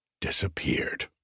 disappeared